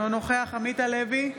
אינו נוכח עמית הלוי,